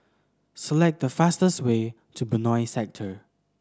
select the fastest way to Benoi Sector